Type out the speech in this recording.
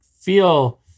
feel